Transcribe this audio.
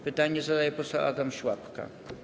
Pytanie zadaje poseł Adam Szłapka.